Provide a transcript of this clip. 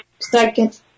Second